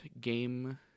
game